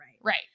Right